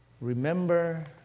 Remember